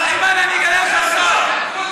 למה באת מרמאללה לירושלים?